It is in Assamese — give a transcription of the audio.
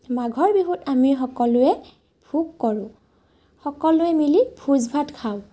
মাঘৰ বিহুত আমি সকলোৱে ভোগ কৰোঁ সকলোৱে মিলি ভোজভাত খাওঁ